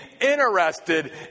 interested